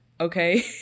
okay